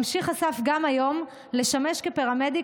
ממשיך אסף גם היום לשמש פרמדיק,